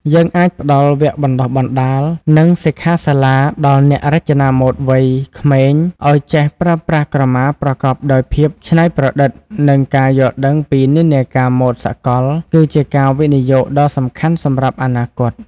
យើងអាចផ្តល់វគ្គបណ្តុះបណ្តាល និងសិក្ខាសាលាដល់អ្នករចនាម៉ូដវ័យក្មេង ឲ្យចេះប្រើប្រាស់ក្រមាប្រកបដោយភាពច្នៃប្រឌិត និងការយល់ដឹងពីនិន្នាការម៉ូដសកល គឺជាការវិនិយោគដ៏សំខាន់សម្រាប់អនាគត។